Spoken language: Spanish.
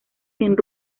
sin